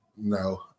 no